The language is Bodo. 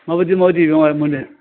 माबायदि माबायदि मोनो